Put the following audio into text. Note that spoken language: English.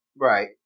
Right